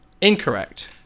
Incorrect